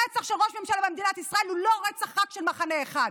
רצח של ראש ממשלה במדינת ישראל הוא לא רצח רק של מחנה אחד.